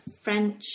French